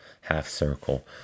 half-circle